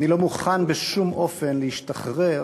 אני לא מוכן בשום אופן להשתחרר